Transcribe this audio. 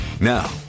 Now